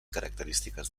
característiques